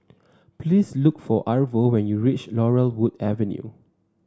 please look for Arvo when you reach Laurel Wood Avenue